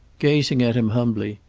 gazing at him humbly,